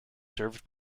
served